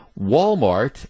Walmart